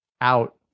out